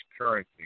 currency